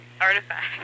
artifact